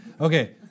Okay